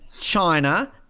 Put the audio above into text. China